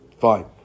Fine